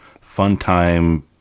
fun-time